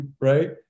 right